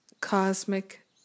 cosmic